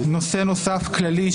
נושא נוסף כללי,